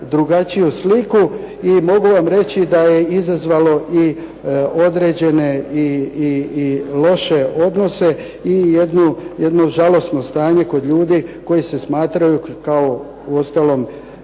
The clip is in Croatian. drugačiju sliku i mogu vam reći da je izazvalo i određene i loše odnose i jedno žalosno stanje kod ljudi koji se smatraju, kao uostalom